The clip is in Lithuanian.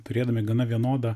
turėdami gana vienodą